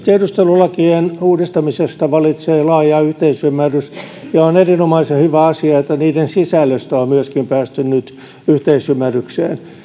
tiedustelulakien uudistamisesta vallitsee laaja yhteisymmärrys ja on erinomaisen hyvä asia että niiden sisällöstä on myöskin päästy nyt yhteisymmärrykseen